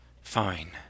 Fine